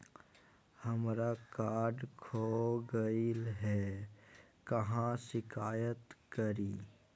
हमरा कार्ड खो गई है, कहाँ शिकायत करी?